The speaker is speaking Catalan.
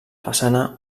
façana